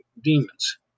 demons